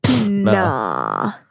Nah